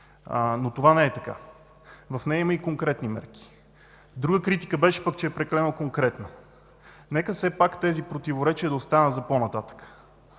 Но това не е така. В нея има и конкретни мерки. Друга критика беше пък, че е прекалено конкретна. Нека все пак тези противоречия да останат за по-нататък.